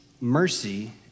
mercy